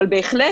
אבל בהחלט,